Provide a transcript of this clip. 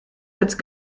jetzt